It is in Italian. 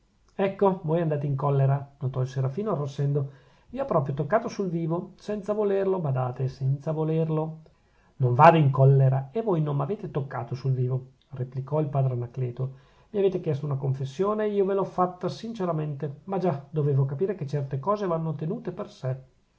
ecco voi andate in collera notò il serafino arrossendo vi ho proprio toccato sul vivo senza volerlo badate senza volerlo non vado in collera e voi non m'avete toccato sul vivo replicò il padre anacleto mi avete chiesto una confessione ed io ve l'ho fatta sinceramente ma già dovevo capire che certe cose vanno tenute per sè